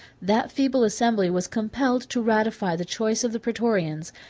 that feeble assembly was compelled to ratify the choice of the praetorians,